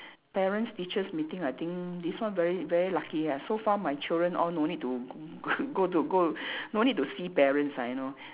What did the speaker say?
parents teachers meeting I think this one very very lucky ya so far my children all no need to g~ go to go no need to see parents ah you know